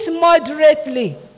moderately